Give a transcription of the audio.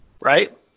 right